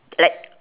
like